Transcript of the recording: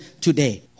today